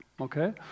okay